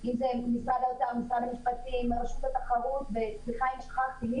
שזה דברים שצריך לעשות.